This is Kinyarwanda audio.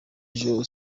ejo